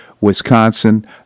Wisconsin